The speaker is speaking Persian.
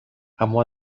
اما